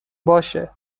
باشه